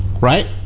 Right